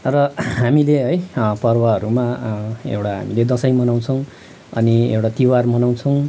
र हामीले है पर्वहरूमा एउटा हामीले दसैँ मनाउछौँ अनि एउटा तिहार मनाउँछौँ